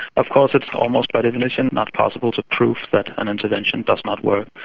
of course it's almost by definition not possible to prove that an intervention does not work,